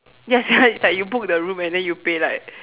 ya sia it's like you book the room and then you pay like